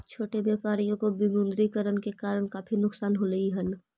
छोटे व्यापारियों को विमुद्रीकरण के कारण काफी नुकसान होलई हल